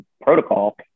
protocol